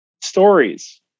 stories